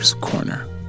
corner